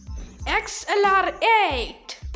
xlr8